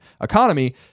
economy